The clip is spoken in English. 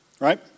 Right